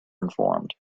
informed